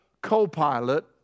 co-pilot